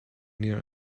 near